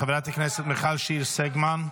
חברת הכנסת מיכל שיר סגמן,